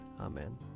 Amen